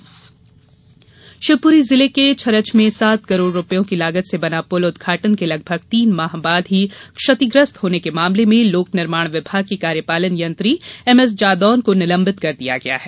पुल क्षतिग्रस्त शिवपुरी जिले के छरच में सात करोड़ रूपयों की लागत से बना पुल उदघाटन के लगभग तीन माह बाद ही क्षतिग्रस्त होने के मामले में लोक निर्माण विभाग के कार्यपालन यंत्री एम एस जादौन को निलंबित कर दिया गया है